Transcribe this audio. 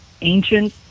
ancient